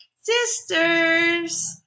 sisters